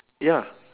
ya